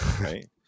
Right